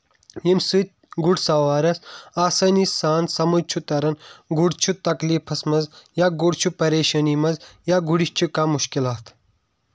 ییٚمہِ سۭتۍ گُر سَوارس آسٲنی سان سَمٕج چھُ تران گُر چھُ تکلیفس منٛز یا گُر چھُ پَریٖشٲنی منٛز یا گُرِس چھُ کانٛہہ مُشکلات